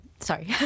sorry